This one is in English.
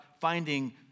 finding